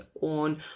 on